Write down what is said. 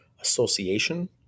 Association